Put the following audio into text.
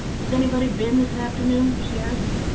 has anybody been this afternoon? she asked.